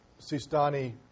Sistani